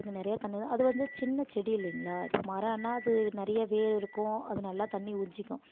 அதுக்கு நிறையா தண்ணி அது வந்து சின்ன செடி இல்லைங்களா இப்போ மரன்னா அது நிறைய வேர் இருக்கும் அது நல்லா தண்ணி உறிஞ்சிக்கும்